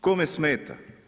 Kome smeta?